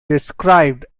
described